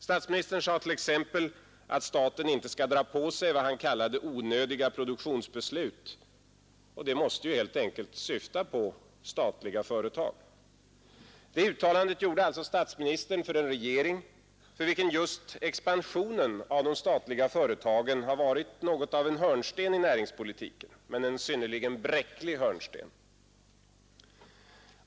Statsministern sade t.ex. att staten inte skulle dra på sig vad han kallade onödiga produktionsbeslut, och det måste ju helt enkelt syfta på statliga företag. Det uttalandet gjorde alltså statsministern för en regering, för vilken just expansionen av de statliga företagen har varit något av en hörnsten i näringspolitiken — men en synnerligen bräcklig hörnsten.